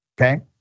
Okay